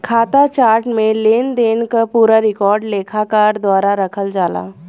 खाता चार्ट में लेनदेन क पूरा रिकॉर्ड लेखाकार द्वारा रखल जाला